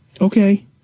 Okay